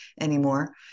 anymore